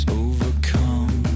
overcome